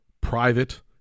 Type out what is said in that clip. private